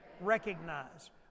Recognize